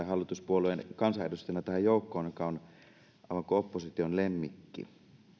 hallituspuolueen kansanedustajana tähän joukkoon joka on aivan kuin opposition lemmikki